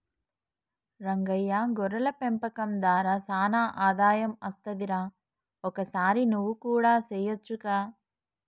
రంగయ్య గొర్రెల పెంపకం దార సానా ఆదాయం అస్తది రా ఒకసారి నువ్వు కూడా సెయొచ్చుగా